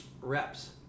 reps